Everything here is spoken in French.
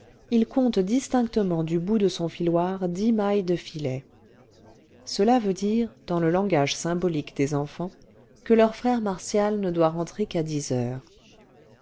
il compte distinctement du bout de son filoir dix mailles de filet cela veut dire dans le langage symbolique des enfants que leur frère martial ne doit rentrer qu'à dix heures